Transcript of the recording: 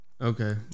Okay